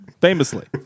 Famously